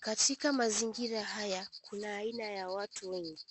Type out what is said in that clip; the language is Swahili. Katika mazingira haya kuna aina ya watu wengi.